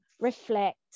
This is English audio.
reflect